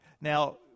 Now